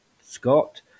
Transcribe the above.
Scott